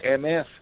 MS